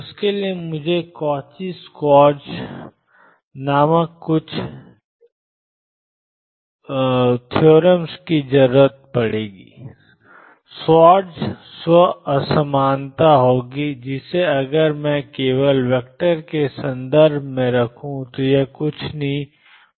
उसके लिए मुझे कॉची श्वार्ट्ज नामक कुछ चाहिए श्वार्ट्ज स्व असमानता होगी जिसे अगर मैं केवल वैक्टर के संदर्भ में रखूं तो यह कुछ भी नहीं कहता है